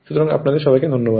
সুতরাং আপনাদের সবাইকে ধন্যবাদ